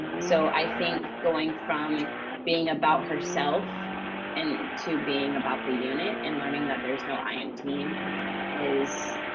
so i think going from being about herself and to being about the unit. and learning that there's no i in team is.